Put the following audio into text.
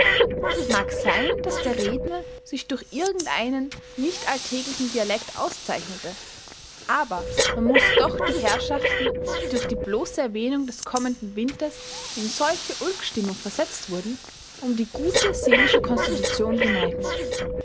mag sein daß der redner sich durch irgendeinen nicht alltäglichen dialekt auszeichnete aber man muß doch die herrschaften die durch die bloße erwähnung des kommenden winters in solche ulkstimmung versetzt wurden um die gute seelische konstitution beneiden